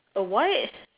a what